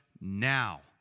now